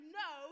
no